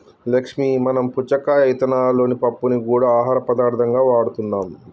లక్ష్మీ మనం పుచ్చకాయ ఇత్తనాలలోని పప్పుని గూడా ఆహార పదార్థంగా వాడుతున్నాం